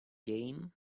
game